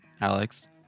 Alex